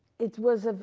it was, ah